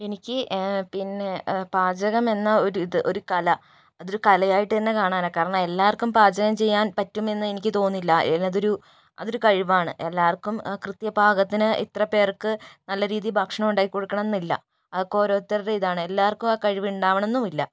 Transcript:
എനിക്ക് പിന്നെ പാചകം എന്ന ഒരിത് ഒരു കല അതൊരു കലയായിട്ട് തന്നെ കാണാനാണ് കാരണം എല്ലാവർക്കും പാചകം ചെയ്യാൻ പറ്റുമെന്ന് എനിക്ക് തോന്നുന്നില്ല അതൊരു അതൊരു കഴിവാണ് എല്ലാവർക്കും കൃത്യ പാകത്തിന് ഇത്ര പേർക്ക് നല്ല രീതിയിൽ ഭക്ഷണം ഉണ്ടാക്കിക്കൊടുക്കണം എന്നില്ല അതൊക്കെ ഓരോരുത്തരുടെ ഇതാണ് എല്ലാവർക്കും ആ കഴിവുണ്ടാകണം എന്നും ഇല്ല